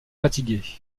fatigué